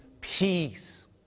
peace